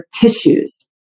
tissues